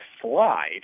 slide